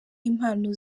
impano